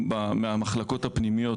מהמחלקות הפנימיות,